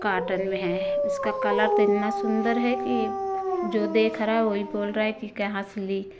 cotton में है उसका कलर तो इतना सुंदर है कि जो देख रहा है वही बोल रहा है कि कहाँ से ली